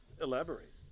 Elaborate